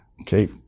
Okay